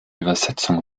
übersetzung